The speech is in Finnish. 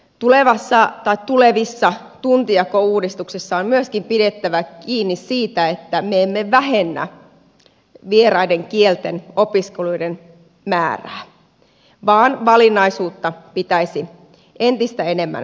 tulevassa tai tulevissa tuntijakouudistuksissa on myöskin pidettävä kiinni siitä että me emme vähennä vieraiden kielten opiskeluiden määrää vaan valinnaisuutta pitäisi entistä enemmän jatkaa